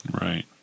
Right